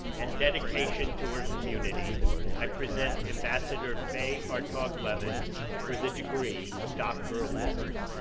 and dedication to her community i present ambassador faye hartog levin for the degree of doctor of laws.